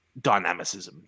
dynamicism